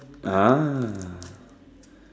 ah